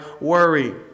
worry